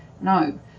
no